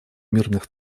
мирных